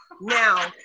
Now